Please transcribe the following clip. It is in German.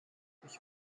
ich